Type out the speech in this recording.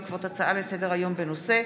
בעקבות דיון בהצעתו של חבר הכנסת אריאל בוסו בנושא: